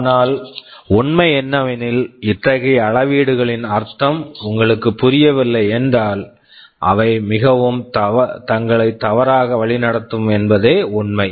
ஆனால் உண்மை என்னவெனில் இத்தகைய அளவீடுகளின் அர்த்தம் உங்களுக்கு புரியவில்லை என்றால் அவை மிகவும் தங்களை தவறாக வழிநடத்தும் என்பதும் உண்மை